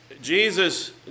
Jesus